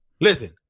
Listen